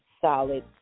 solid